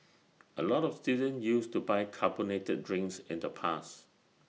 A lot of students used to buy carbonated drinks in the past